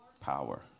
Power